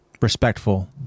respectful